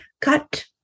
cut